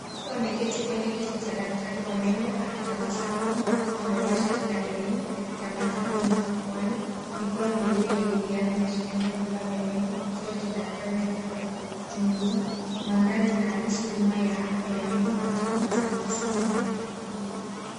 Mtu ameketi kwenye kiti cha daktari wa meno akitabasamu huku akiwa amevaa shati la denim na kitambaa cha pinki kifuani. Mikono miwili yenye glavu inashikilia vifaa vya meno, kioo cha daktari na kifaa cha kuchunguza. Mandhari inaakisi huduma ya afya ya meno katika mazingira safi na ya kirafiki.